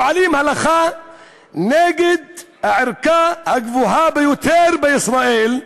פועלים נגד הערכאה הגבוהה ביותר בישראל,